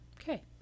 Okay